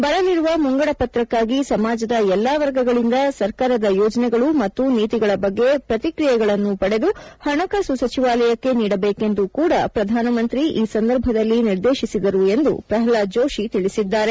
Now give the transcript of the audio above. ಬರಲಿರುವ ಮುಂಗದ ಪತ್ರಕ್ಕಾಗಿ ಸಮಾಜದ ಎಲ್ಲ ವರ್ಗಗಳಿಂದ ಸರ್ಕಾರದ ಯೋಜನೆಗಳು ಮತ್ತು ನೀತಿಗಳ ಬಗ್ಗೆ ಪ್ರತಿಕ್ರಿಯೆಗಳನ್ನು ಪಡೆದು ಹಣಕಾಸು ಸಚಿವಾಲಯಕ್ಕೆ ನೀಡಬೇಕೆಂದು ಕೂಡಾ ಪ್ರಧಾನಮಂತ್ರಿ ಈ ಸಂದರ್ಭದಲ್ಲಿ ನಿರ್ದೇಶಿಸಿದರು ಎಂದು ಪ್ರಹ್ಲಾದ್ ಜೋಷಿ ತಿಳಿಸಿದ್ದಾರೆ